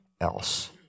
else